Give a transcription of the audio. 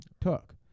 took